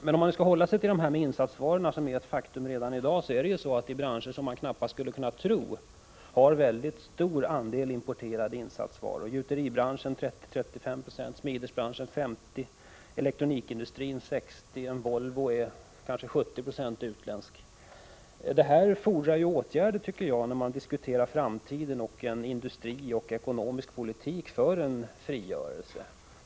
Men om man nu skall hålla sig till insatsvarorna är det ett faktum redan i dag att branscher som man knappast skulle kunna tänka sig har en mycket stor andel importerade insatsvaror, gjuteribranschen 30-35 26, smidesbranschen 50 96, elektronikindustrin 60 26 och Volvo kanske 70 260. Det fordras åtgärder om man i en framtid vill ha en industri och en ekonomisk politik som är fri från utländskt beroende.